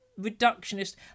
reductionist